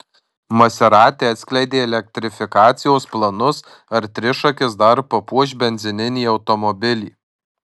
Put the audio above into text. maserati atskleidė elektrifikacijos planus ar trišakis dar papuoš benzininį automobilį